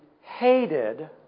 hated